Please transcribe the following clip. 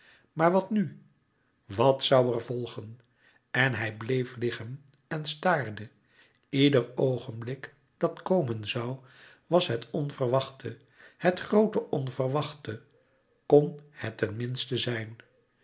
maar wat nu wat zoû er volgen en hij bleef liglouis couperus metamorfoze gen en staarde ieder oogenblik dat komen zoû was het onverwachte het groote onverwachte kon het ten minste zijn